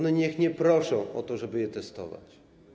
Niech one nie proszą o to, żeby je testować.